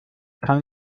kann